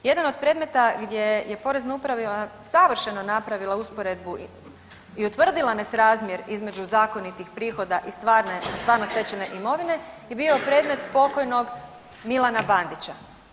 Jedan od predmeta gdje je Porezna uprava savršeno napravila usporedbu i utvrdila nesrazmjer između zakonitih prihoda i stvarno stečene imovine je bio predmet pokojnog Milana Bandića.